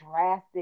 drastic